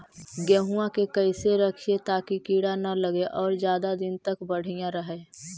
गेहुआ के कैसे रखिये ताकी कीड़ा न लगै और ज्यादा दिन तक बढ़िया रहै?